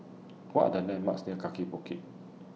What Are The landmarks near Kaki Bukit